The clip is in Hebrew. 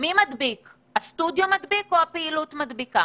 האם הסטודיו מדביק או שמא הפעילות מדביקה?